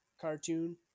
cartoon